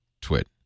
twit